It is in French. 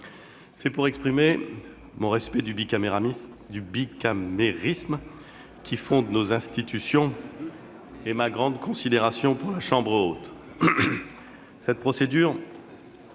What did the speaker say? c'est pour exprimer mon respect du bicamérisme qui fonde nos institutions et ma grande considération pour la chambre haute.